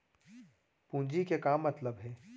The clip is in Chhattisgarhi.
पूंजी के का मतलब हे?